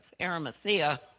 Arimathea